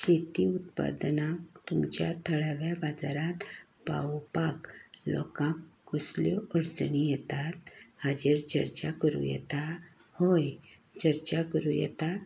शेती उत्पादनाक तुमच्या थळाव्या बाजाराक पावोपाक लोकांक कसल्यो अडचणी येतात हाचेर चर्चा करूं येता हय चर्चा करूं येता